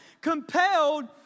compelled